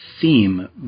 theme